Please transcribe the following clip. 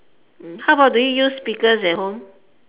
mm how about do you use speakers at home